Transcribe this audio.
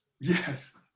Yes